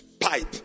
pipe